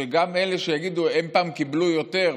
שגם אלה שיגידו: הם פעם קיבלו יותר,